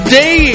day